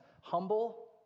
humble